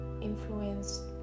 influenced